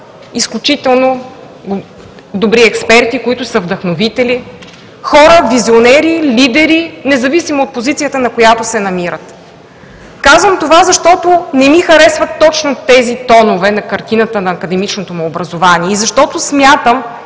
изключително добри експерти, които са вдъхновители, хора – визионери, лидери, независимо от позицията на която се намират. Казвам това, защото не ми харесват точно тези тонове на картината на академичното ни образование и защото смятам,